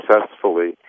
successfully